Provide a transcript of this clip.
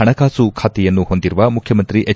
ಹಣಕಾಸು ಬಾತೆಯನ್ನು ಹೊಂದಿರುವ ಮುಖ್ಯಮಂತ್ರಿ ಎಚ್